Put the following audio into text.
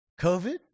COVID